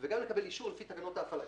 וגם לקבל אישור לפי תקנות ההפעלה.